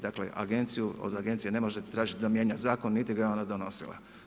Dakle od agencije ne možete tražiti da mijenja zakon niti ga je ona donosila.